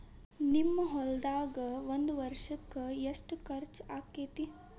ನಿಮ್ಮ ಹೊಲ್ದಾಗ ಒಂದ್ ವರ್ಷಕ್ಕ ಎಷ್ಟ ಖರ್ಚ್ ಆಕ್ಕೆತಿ?